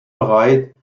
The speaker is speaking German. bereit